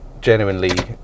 genuinely